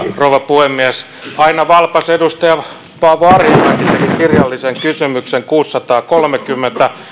rouva puhemies aina valpas edustaja paavo arhinmäki teki kirjallisen kysymyksen kuusisataakolmekymmentä